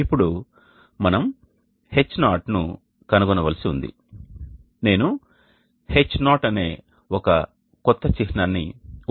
ఇప్పుడు మనం H0 ను కనుగొనవలసి ఉంది నేను "H0" అనే ఒక కొత్త చిహ్నాన్ని ఉపయోగిస్తున్నాను